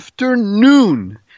Afternoon